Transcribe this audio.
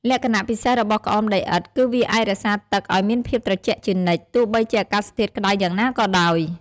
លក្ខណៈពិសេសរបស់ក្អមដីឥដ្ឋ គឺវាអាចរក្សាទឹកឲ្យមានភាពត្រជាក់ជានិច្ច ទោះបីជាអាកាសធាតុក្តៅយ៉ាងណាក៏ដោយ។